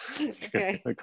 Okay